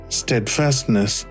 steadfastness